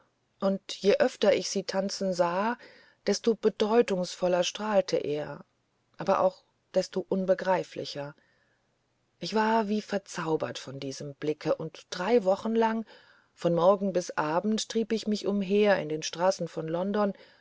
und je öfter ich sie tanzen sah desto bedeutungsvoller strahlte er aber auch desto unbegreiflicher ich war wie verzaubert von diesem blicke und drei wochen lang von morgen bis abend trieb ich mich umher in den straßen von london